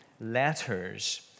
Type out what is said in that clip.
letters